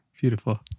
Beautiful